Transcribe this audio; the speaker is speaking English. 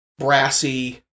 Brassy